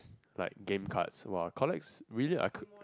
like game cards !wah! collect really I c~